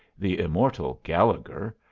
the immortal gallegher,